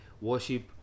worship